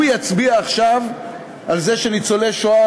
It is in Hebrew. הוא יצביע עכשיו על זה שניצולי השואה